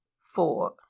four